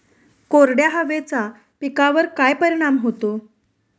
कोरड्या हवेचा पिकावर काय परिणाम होतो?